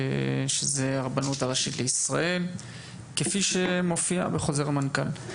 שזה הרבנות הראשית לישראל כפי שמופיע בחוזר ה מנכ"ל.